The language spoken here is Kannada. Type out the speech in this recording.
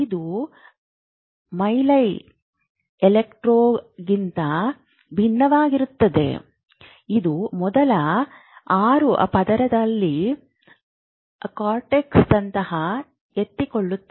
ಇದು ಮೇಲ್ಮೈ ಎಲೆಕ್ಟ್ರೋಗಿಂತ ಭಿನ್ನವಾಗಿರುತ್ತದೆ ಇದು ಮೊದಲ 6 ಪದರಗಳಲ್ಲಿ ಕಾರ್ಟೆಕ್ಸ್ನಿಂದ ಎತ್ತಿಕೊಳ್ಳುತ್ತದೆ